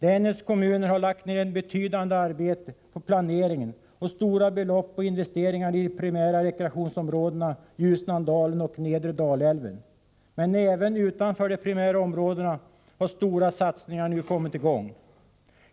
Länets kommuner har lagt ner ett betydande arbete på planeringen och stora belopp på investeringar i de primära rekreationsområdena Ljusnandalen och Nedre Dalälven, men även utanför de primära områdena har stora satsningar nu kommit i gång.